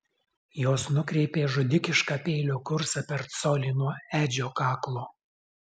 jos nukreipė žudikišką peilio kursą per colį nuo edžio kaklo